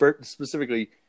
specifically